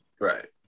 Right